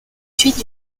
suites